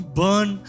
burn